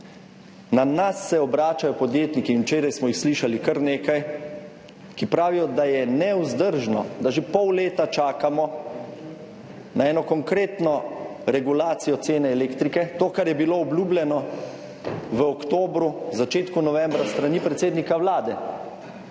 Na nas se obračajo podjetniki in včeraj smo jih slišali kar nekaj, ki pravijo, da je nevzdržno, da že pol leta čakamo na eno konkretno regulacijo cene elektrike, to kar je bilo obljubljeno v oktobru, v začetku novembra s strani predsednika Vlade.